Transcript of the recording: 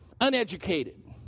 uneducated